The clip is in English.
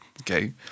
okay